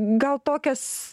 gal tokias